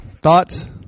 Thoughts